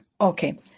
Okay